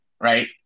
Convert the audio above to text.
right